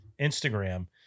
Instagram